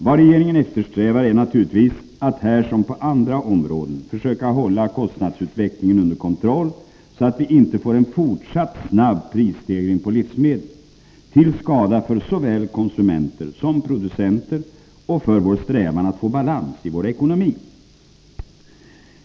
Vad regeringen eftersträvar är naturligtvis att här som på andra områden försöka hålla kostnadsutvecklingen under kontroll så att vi inte får en fortsatt snabb prisstegring på livsmedel, till skada för såväl konsumenter som producenter och för vår strävan att få balans i vår ekonomi.